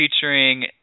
featuring